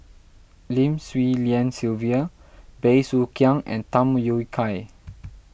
Lim Swee Lian Sylvia Bey Soo Khiang and Tham Yui Kai